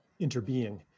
interbeing